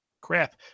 Crap